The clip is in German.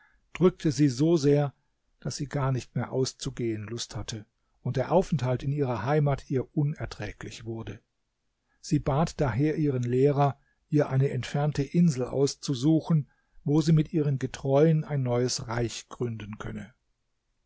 drückte sie so sehr daß sie gar nicht mehr auszugehen lust hatte und der aufenthalt in ihrer heimat ihr unerträglich wurde sie bat daher ihren lehrer ihr eine entfernte insel auszusuchen wo sie mit ihren getreuen ein neues reich gründen könne